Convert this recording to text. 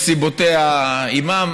וסיבותיה עימה.